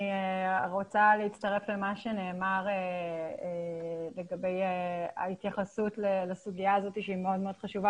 אני רוצה להצטרף למה שנאמר לגבי ההתייחסות לסוגיה הזאת שהיא מאוד חשובה,